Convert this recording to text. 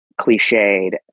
cliched